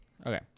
Okay